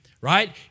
right